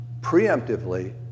Preemptively